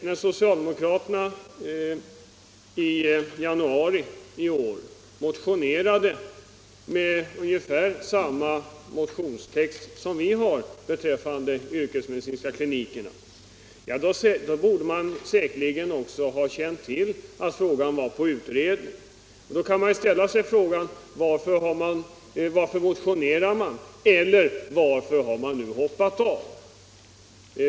När socialdemokraterna i januari i år motionerade med ungefär samma motionstext som vi har beträffande yrkesmedicinska kliniker borde de också ha känt till att frågan var föremål för utredning. Då kan man ställa sig frågan: Varför motionerar socialdemokraterna, eller varför har de nu hoppat av?